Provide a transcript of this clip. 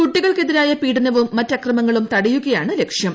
കുട്ടികൾക്കെതിരായ പീഡനവും മറ്റ് അക്രമങ്ങളും തടയുകയാണ് ലക്ഷ്യം